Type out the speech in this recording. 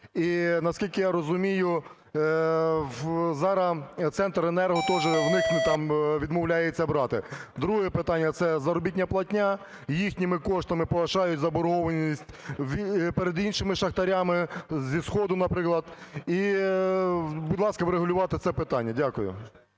наскільки я розумію, зараз Центренерго тоже у них там відмовляється брати. Друге питання – це заробітна платня. Їхніми коштами погашають заборгованість перед іншими шахтарями, зі сходу наприклад. І, будь ласка, врегулювати це питання. Дякую.